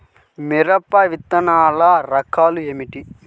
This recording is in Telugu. మిరప విత్తనాల రకాలు ఏమిటి?